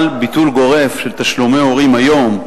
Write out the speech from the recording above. אבל ביטול גורף של תשלומי הורים היום,